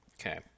Okay